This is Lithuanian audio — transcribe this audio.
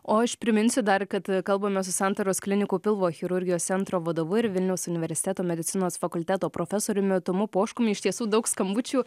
o aš priminsiu dar kad kalbame su santaros klinikų pilvo chirurgijos centro vadovu ir vilniaus universiteto medicinos fakulteto profesoriumi tomu poškumi iš tiesų daug skambučių